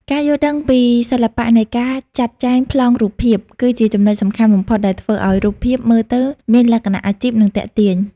ការយល់ដឹងពីសិល្បៈនៃការចាត់ចែងប្លង់រូបភាព គឺជាចំណុចសំខាន់បំផុតដែលធ្វើឱ្យរូបភាពមើលទៅមានលក្ខណៈអាជីព និងទាក់ទាញ។